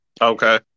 Okay